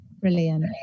Brilliant